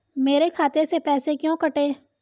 मेरे खाते से पैसे क्यों कटे?